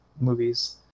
movies